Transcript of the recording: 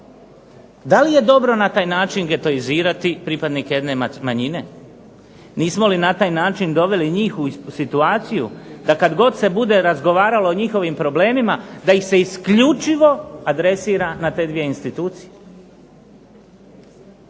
Da li je dobro na taj način getoizirati pripadnike jedne manjine? Nismo li na taj način doveli njih u situaciju da kad god se bude razgovaralo o njihovim problemima da ih se isključivo adresira na te dvije institucije.